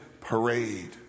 parade